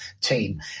team